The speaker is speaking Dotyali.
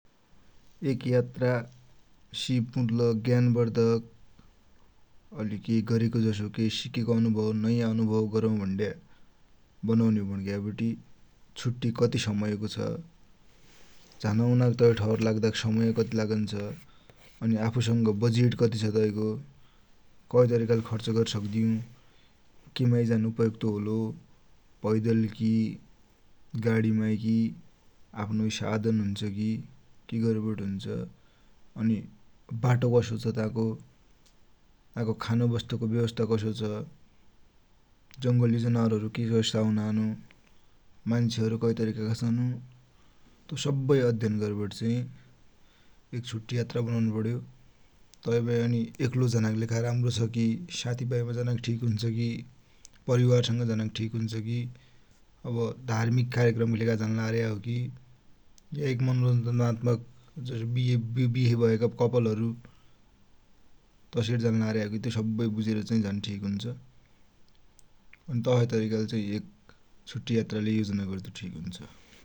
एक यात्रा सिपमुलक, ज्ञानबर्धक अलि केइ गरेको जसो, सिकेको अनुभव, नयाँ अनुभव गरु भुण्या बनुन्यौ भुणिग्यावटी छुट्टी कति समयको छ, झानऔनकी तै ठौर समय कति लागुन्छ, अनि आफुसंग बजेट कति छ तैको, कै तरिकाले खर्च गरिसक्द्यौ, किमा झान उपयुक्त होलो, पैदल कि, गाडिमाई कि, आफ्नो साधन हुन्छ कि, कि गरिवटी हुन्छ अनि वाटो कसो छ ता को, ता को खानु बस्सुको व्यवस्था कसो छ, जंगली जनावर कि कसा औनान्, मान्सुहरु कै तरिकाका छन्, तु सब्वै अध्ययन गरिवटी चाही एक छुट्टि यात्रा बनुनपड्यो । तैमा अनि एक्लो झानाकी लेखा राम्रो छ कि, साथिभाइमा झानाकी ठिक हुन्छ कि, परिवार संग झानाकी ठिक हुन्छ कि, अव धार्मीक कार्यक्रमकिलेखा झानलार्या हौ कि, एक मनोरञ्जनात्म जसो विहे भयाका कपलहरु तसेर झानलार्याहौकि तो सव वुझिबटी झानु ठिक हुन्छ । तसै तरिकाले एक छुट्टि यात्रालै योजना गद्दु ठिक हुन्छ ।